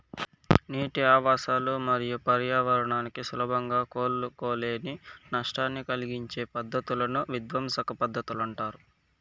నీటి ఆవాసాలు మరియు పర్యావరణానికి సులభంగా కోలుకోలేని నష్టాన్ని కలిగించే పద్ధతులను విధ్వంసక పద్ధతులు అంటారు